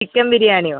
chicken ബിരിയാണിയോ